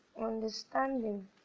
understanding